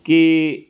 ਕਿ